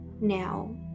now